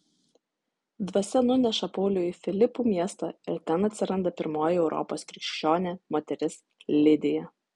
dvasia nuneša paulių į filipų miestą ir ten atsiranda pirmoji europos krikščionė moteris lidija